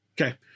Okay